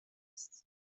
شخص